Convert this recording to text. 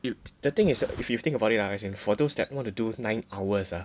dude the thing is if you think about it ah as in for those want to do nine hours ah